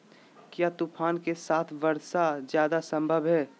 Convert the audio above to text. क्या तूफ़ान के साथ वर्षा जायदा संभव है?